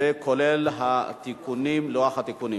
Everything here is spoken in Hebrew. כולל לוח התיקונים.